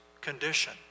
condition